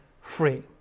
free